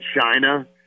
China